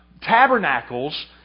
Tabernacles